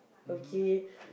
okay